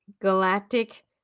galactic